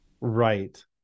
Right